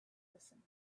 listened